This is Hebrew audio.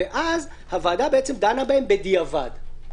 ואז הוועדה דנה בהן בדיעבד,